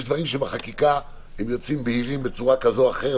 יש דברים שבחקיקה הם יוצאים בהירים בצורה כזו או אחרת,